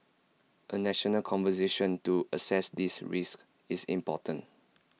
A national conversation to assess these risks is important